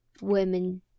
women